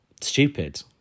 stupid